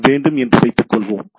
வேண்டும் என்று வைத்துக்கொள்வோம்